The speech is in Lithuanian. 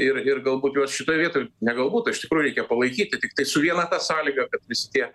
ir ir galbūt juos šitoj vietoj ne galbūt o iš tikrųjų reikia palaikyti tiktai su viena ta sąlyga kad visi tie